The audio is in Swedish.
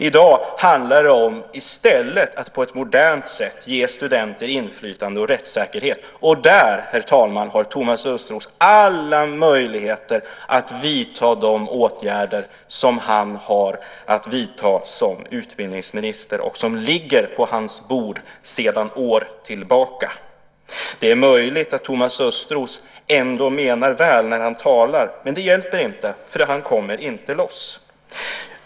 I dag handlar det i stället om att på ett modernt sätt ge studenter inflytande och rättssäkerhet, och där, herr talman, har Thomas Östros alla möjligheter att vidta de åtgärder som han har att vidta som utbildningsminister och som ligger på hans bord sedan år tillbaka. Det är möjligt att Thomas Östros ändå menar väl när han talar, men det hjälper inte, för han kommer inte loss.